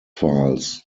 files